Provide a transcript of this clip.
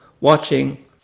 watching